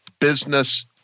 business